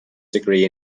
degree